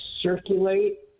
circulate